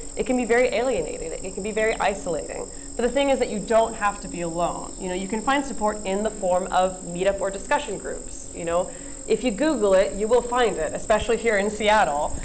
it can be very alienating. it can be very isolating. but the thing is that you don't have to be alone. you know you can find support in the form of meet-up or discussion groups. you know if you google it, you will find it, especially here in seattle.